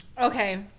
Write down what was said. Okay